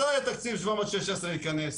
מתי התקציב של 716 ייכנס?